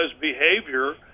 behavior